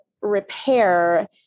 repair